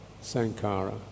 Sankara